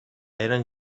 eren